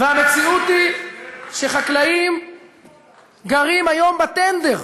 המציאות היא שחקלאים גרים היום בטנדר.